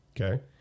Okay